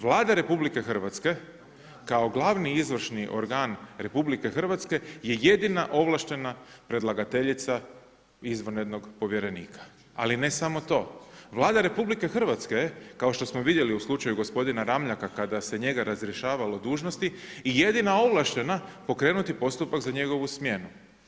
Vlada RH kao glavni izvršni organ RH je jedina ovlaštena predlagateljica izvanrednog povjerenika, ali ne samo to, Vlada RH kao što smo vidjeli u slučaju gospodina Ramljaka kada se njega razrješavalo dužnosti je jedina ovlaštena pokrenuti postupak za njegovu smjenu.